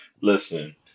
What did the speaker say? listen